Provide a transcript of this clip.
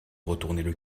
retournaient